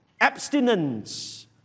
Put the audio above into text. abstinence